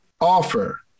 offer